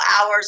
hours